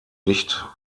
nicht